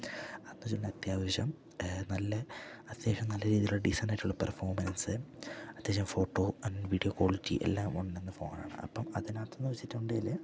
എന്ന് വെച്ചുണ്ടെൽ അത്യാവശ്യം നല്ല അത്യാവശ്യം നല്ല രീതിയിലുള്ള ഡീസണ്ടായിട്ടുള്ള പെർഫോമൻസ് അത്യാവശ്യം ഫോട്ടോ ആൻഡ് വീഡിയോ ക്വാളിറ്റി എല്ലാം ഉണ്ടെന്ന് ഫോണാണ് അപ്പം അതിന്റെ അകത്തെന്ന് വെച്ചിട്ടുണ്ടേൽ